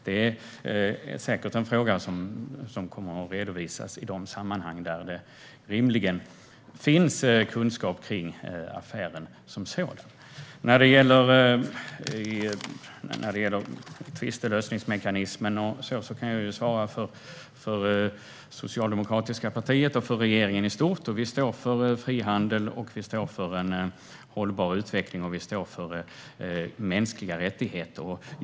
Det är säkert en fråga som kommer att redovisas i de sammanhang där det rimligen finns kunskap kring affären som sådan. När det gäller tvistlösningsmekanismen kan jag svara för det socialdemokratiska partiet och regeringen i stort. Vi står för frihandel, vi står för en hållbar utveckling och vi står för mänskliga rättigheter.